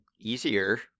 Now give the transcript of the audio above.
easier